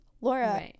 Laura